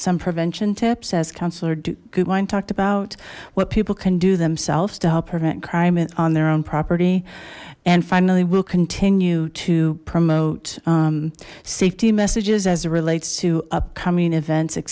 some prevention tips as counselor do google talked about what people can do themselves to help prevent crime on their own property and finally we'll continue to promote safety messages as it relates to upcoming events et